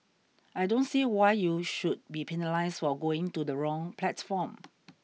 I don't see why you should be penalised for going to the wrong platform